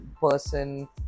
person